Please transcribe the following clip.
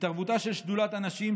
התערבותה של שדולת הנשים,